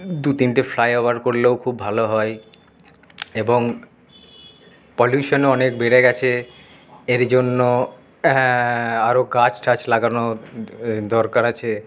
দু তিনটে ফ্লাইওভার করলেও খুব ভালো হয় এবং পলিউশনও অনেক বেড়ে গেছে এর জন্য আরও গাছ টাছ লাগানোর দরকার আছে